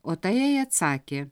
o ta jai atsakė